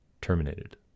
terminated